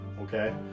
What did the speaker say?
okay